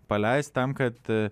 paleist tam kad